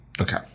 Okay